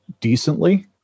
decently